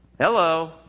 hello